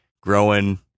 growing